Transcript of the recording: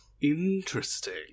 Interesting